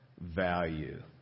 value